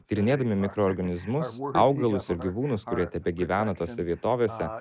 tyrinėdami mikroorganizmus augalus gyvūnus kurie tebegyvena tose vietovėse